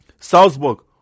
Salzburg